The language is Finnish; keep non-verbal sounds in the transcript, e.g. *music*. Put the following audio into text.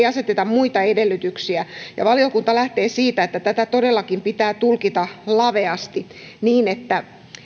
*unintelligible* aseteta muita edellytyksiä ja valiokunta lähtee siitä että tätä todellakin pitää tulkita laveasti niin että